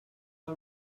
our